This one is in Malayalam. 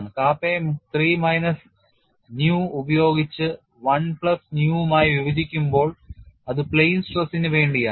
Kappa യെ 3 മൈനസ് ന്യൂയു ഉപയോഗിച്ച് 1 പ്ലസ് ന്യൂയുവായി വിഭജിക്കുമ്പോൾ അത് plane stress ന് വേണ്ടിയാണ്